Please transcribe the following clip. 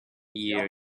ear